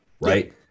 right